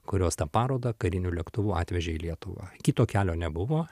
kurios tą parodą kariniu lėktuvu atvežė į lietuvą kito kelio nebuvo